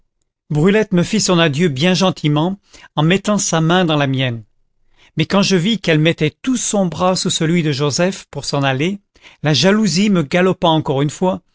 brulette me fit son adieu bien gentiment en mettant sa main dans la mienne mais quand je vis qu'elle mettait tout son bras sous celui de joseph pour s'en aller la jalousie me galopant encore une fois